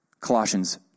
Colossians